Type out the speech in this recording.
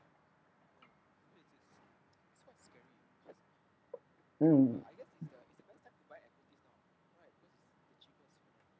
mm